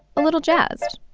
a little jazzed.